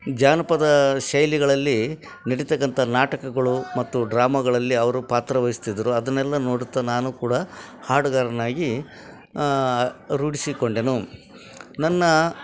ಜಾನಪದ ಶೈಲಿಗಳಲ್ಲಿ ನಡಿತಕ್ಕಂಥ ನಾಟಕಗಳು ಮತ್ತು ಡ್ರಾಮಾಗಳಲ್ಲಿ ಅವರು ಪಾತ್ರವಹಿಸ್ತಿದ್ದರು ಅದನ್ನೆಲ್ಲ ನೋಡುತ್ತಾ ನಾನು ಕೂಡ ಹಾಡುಗಾರನಾಗಿ ರೂಢಿಸಿಕೊಂಡೆನು ನನ್ನ